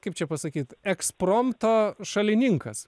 kaip čia pasakyt ekspromto šalininkas